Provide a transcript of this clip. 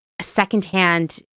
secondhand